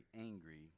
angry